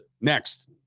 Next